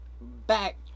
back